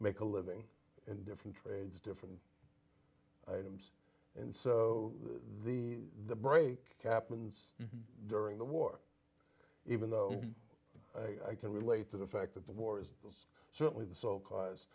make a living in different trades different items and so the break happens during the war even though i can relate to the fact that the war is certainly the sole cause